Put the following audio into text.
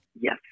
Yes